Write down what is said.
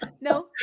No